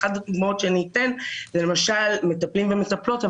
אחת הדוגמאות שאני אתן זה למשל מטפלים ומטפלות,